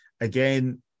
again